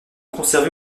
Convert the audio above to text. conservé